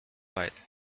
weit